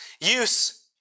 Use